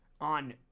on